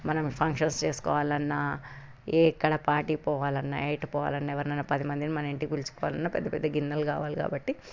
మనం ఫంక్షన్స్ చేసుకోవాలన్నా ఎ ఎక్కడ పార్టీకి పోవాలిఎటు పోవాలన్నా ఎవరినైన పదిమందిని మన ఇంటికి పిల్చుకోవాలన్న పెద్ద పెద్ద గిన్నెలు కావాలి కాబట్టి